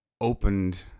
opened